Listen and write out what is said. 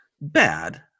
bad